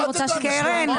אני רוצה שנשמע,